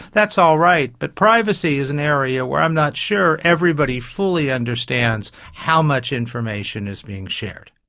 that's all right. but privacy is an area where i'm not sure everybody fully understands how much information is being shared.